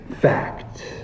fact